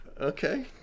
Okay